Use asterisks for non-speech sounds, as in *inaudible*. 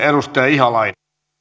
*unintelligible* arvoisa